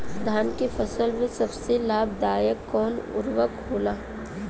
धान के फसल में सबसे लाभ दायक कवन उर्वरक होला?